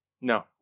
No